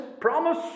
promise